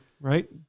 right